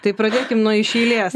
tai pradėkim nuo iš eilės